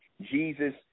Jesus